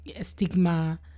stigma